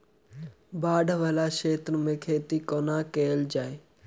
बाढ़ वला क्षेत्र मे खेती कोना कैल जाय?